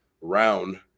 round